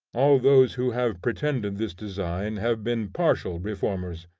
all those who have pretended this design have been partial reformers,